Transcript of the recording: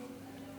שינוי שם